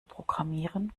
programmieren